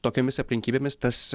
tokiomis aplinkybėmis tas